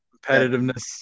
competitiveness